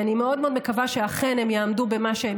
אני מאוד מאוד מקווה שאכן הם יעמדו במה שהם